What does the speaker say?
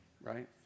Right